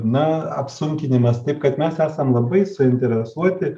na apsunkinimas taip kad mes esam labai suinteresuoti